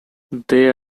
they